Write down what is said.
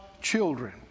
children